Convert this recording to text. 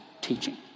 teaching